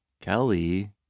Kelly